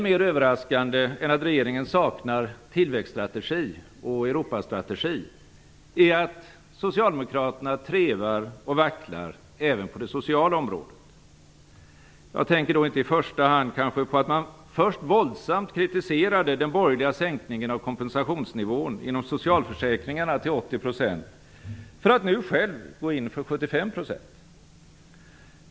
Mer överraskande än att regeringen saknar tillväxtstrategi och Europastrategi är att socialdemokraterna trevar och vacklar även på det sociala området. Jag tänker då kanske inte i första hand på att man först våldsamt kritiserade den borgerliga sänkningen av kompensationsnivån inom socialförsäkringarna till 80 % för att nu själv förorda 75 %.